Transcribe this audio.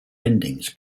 endings